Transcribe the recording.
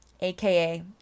aka